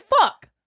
fuck